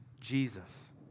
Jesus